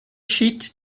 sheet